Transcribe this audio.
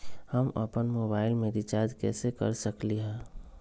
हम अपन मोबाइल में रिचार्ज कैसे कर सकली ह?